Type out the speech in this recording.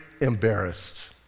embarrassed